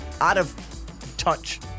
out-of-touch